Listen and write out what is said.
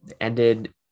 ended